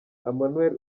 emmanuel